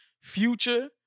future